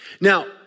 Now